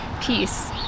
peace